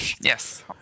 Yes